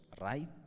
right